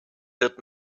wird